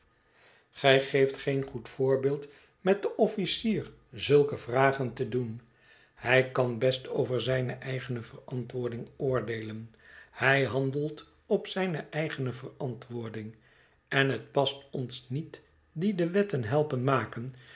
gij geeft geen goed voorbeeld met den officier zulke vragen te doen hij kan best over zijne eigene verantwoording oordeelen hij handelt op zijne eigene verantwoording en het past ons niet die de wetten helpen maken